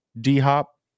d-hop